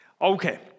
Okay